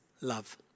love